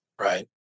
right